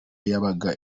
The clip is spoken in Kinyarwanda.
yabaga